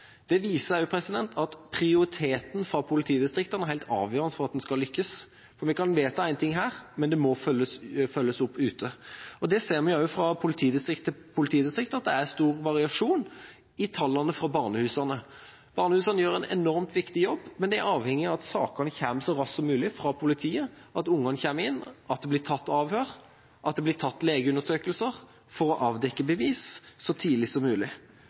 Det viser også at prioriteringen til politidistriktene er helt avgjørende for om man lykkes. Vi kan vedta noe her, men det må følges opp ute. Vi ser også at det fra politidistrikt til politidistrikt er stor variasjon i tallene fra barnehusene. Barnehusene gjør en enormt viktig jobb, men de er avhengig av at sakene kommer fra politiet så raskt som mulig, at ungene kommer inn, at det blir tatt avhør, og at det blir foretatt legeundersøkelser for å avdekke bevis så tidlig som mulig.